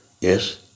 Yes